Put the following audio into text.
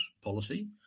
policy